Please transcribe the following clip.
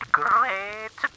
great